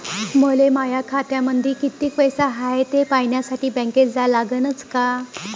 मले माया खात्यामंदी कितीक पैसा हाय थे पायन्यासाठी बँकेत जा लागनच का?